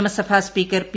നിയമസഭാ speaker P